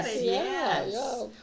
yes